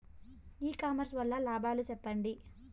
ఇ commerce వల్ల లాభాలు సెప్పండి?